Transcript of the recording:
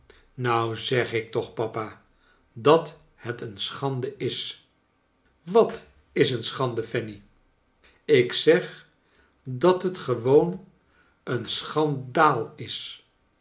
nou zeg ik toch papa dat het een schande is wat is er een schande fanny ik zeg dat het gewoon een schandaal is